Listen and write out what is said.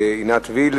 3089,